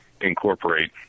incorporate